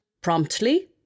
Promptly